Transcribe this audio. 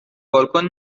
بالکن